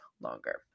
longer